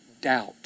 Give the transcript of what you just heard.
doubt